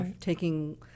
taking